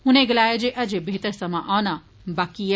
उनें गलाया जे अजें बेहतर समां औना बाकी ऐ